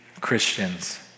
Christians